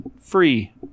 free